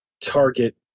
target